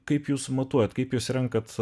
kaip jūs matuojat kaip jūs renkat